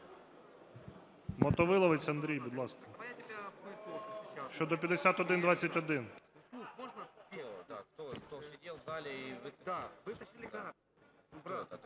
Мотовиловець Андрій, будь ласка, щодо 5121.